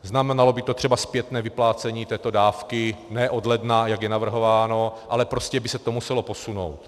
Znamenalo by to třeba zpětné vyplácení této dávky ne od ledna, jak je navrhováno, ale prostě by se to muselo posunout.